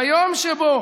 ביום שבו